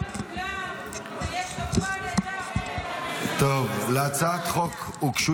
בוקר טוב לכולם --- להצעת החוק הוגשו